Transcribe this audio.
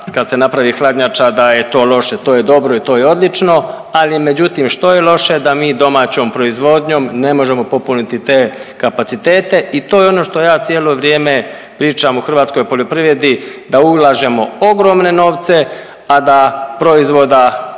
kad se napravi hladnjača da je to loše, to je dobro i to je odlično, ali međutim što je loše da mi domaćom proizvodnjom ne možemo popuniti te kapacitete. I to je ono što ja cijelo vrijeme pričam o hrvatskoj poljoprivredi, da ulažemo ogromne novce, a da proizvoda